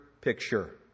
picture